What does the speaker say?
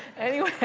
anyway,